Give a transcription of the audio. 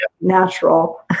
natural